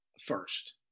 first